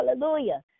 hallelujah